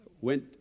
went